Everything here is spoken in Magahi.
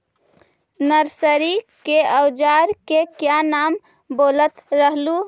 नरसरी के ओजार के क्या नाम बोलत रहलू?